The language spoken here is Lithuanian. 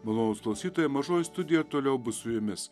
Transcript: malonūs klausytojai mažoji studija toliau bus su jumis